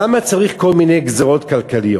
למה צריך כל מיני גזירות כלכליות?